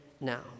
now